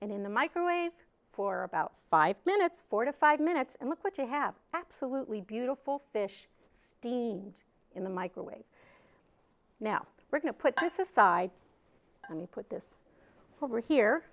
and in the microwave for about five minutes four to five minutes and look what you have absolutely beautiful fish steamed in the microwave now we're going to put ice aside and put this forward here